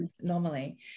normally